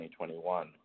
2021